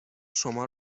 شما